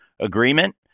agreement